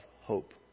hope